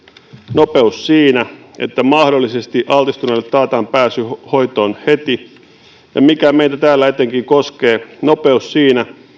nopeus siinä että mahdollisesti altistuneille taataan pääsy hoitoon heti ja mikä meitä täällä etenkin koskee nopeus siinä